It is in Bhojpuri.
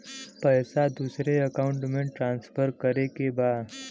पैसा दूसरे अकाउंट में ट्रांसफर करें के बा?